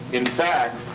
in fact,